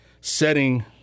setting